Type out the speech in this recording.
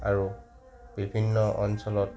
আৰু বিভিন্ন অঞ্চলত